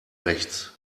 rechts